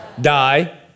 die